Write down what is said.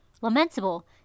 Lamentable